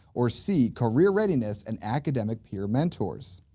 or c, career readiness and academic peer mentors?